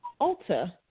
Ulta